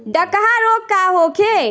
डकहा रोग का होखे?